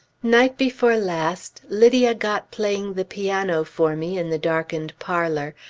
night before last lydia got playing the piano for me in the darkened parlor,